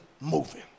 moving